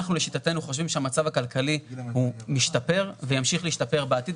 אנחנו לשיטתנו חושבים שהמצב הכלכלי משתפר וימשיך להשתפר בעתיד,